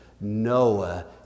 Noah